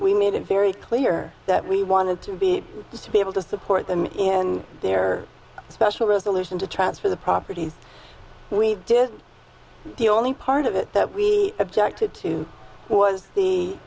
we made it very clear that we wanted to be able to support them in their special resolution to transfer the properties we did the only part of it that we objected to was the